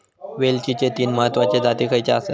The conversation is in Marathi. वेलचीचे तीन महत्वाचे जाती खयचे आसत?